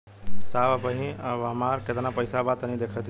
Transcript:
साहब अबहीं हमार कितना पइसा बा तनि देखति?